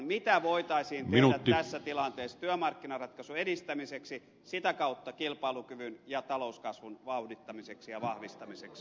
mitä voitaisiin tehdä tässä tilanteessa työmarkkinaratkaisun edistämiseksi sitä kautta kilpailukyvyn ja talouskasvun vauhdittamiseksi ja vahvistamiseksi